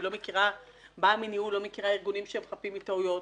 אני באה מניהול ואני לא מכירה ארגונים שהם חפים מטעויות.